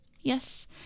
Yes